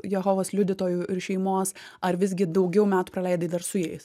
jehovos liudytojų ir šeimos ar visgi daugiau metų praleidai dar su jais